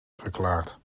verklaard